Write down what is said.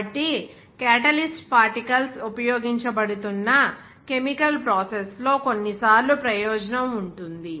కాబట్టి catalyst particles ఉపయోగించబడుతున్న chemical processes లో కొన్నిసార్లు ప్రయోజనం ఉంటుంది